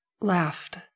laughed